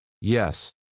Yes